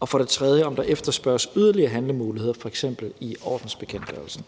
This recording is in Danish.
og for det tredje på, om der efterspørges yderligere handlemuligheder i f.eks. ordensbekendtgørelsen.